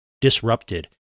disrupted